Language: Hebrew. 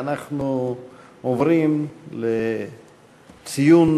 אנחנו עוברים לציון